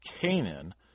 Canaan